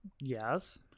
Yes